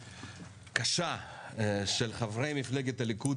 בעיקר של חברי מפלגת הליכוד,